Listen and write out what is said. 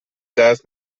jazz